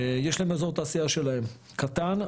יש להם אזור תעשייה שלהם קטן,